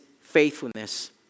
faithfulness